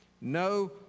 No